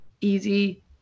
easy